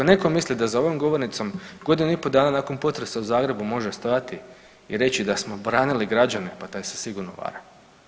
I ako netko misli da za ovom govornicom godinu i pol dana nakon potresa u Zagrebu može stajati i reći da smo branili građane pa taj se sigurno vara.